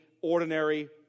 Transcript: ordinary